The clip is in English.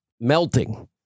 melting